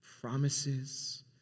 Promises